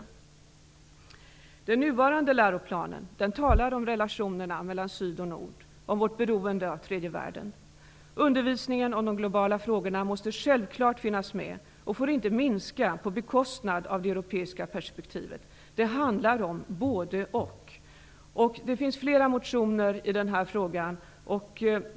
I den nuvarande läroplanen talas det om relationerna mellan syd och nord och om vårt beroende av tredje världen. Undervisningen om de globala frågorna måste självfallet finnas med och får inte minskas på bekostnad av det europeiska perspektivet. Det handlar om både--och. Det har väckts flera motioner i den här frågan.